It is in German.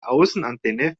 außenantenne